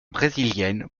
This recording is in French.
brésilienne